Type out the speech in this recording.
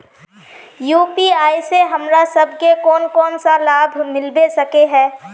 UPI से हमरा सब के कोन कोन सा लाभ मिलबे सके है?